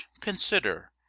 consider